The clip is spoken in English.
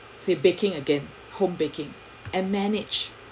say baking again home baking and manage